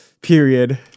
Period